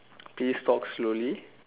please talk slowly